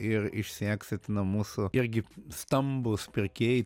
ir išsieksitino mūsų irgi stambūs pirkėjai